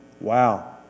Wow